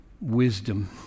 wisdom